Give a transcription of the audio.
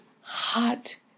hot